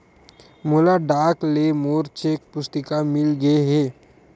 मोला डाक ले मोर चेक पुस्तिका मिल गे हे